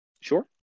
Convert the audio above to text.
Sure